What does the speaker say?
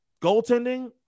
goaltending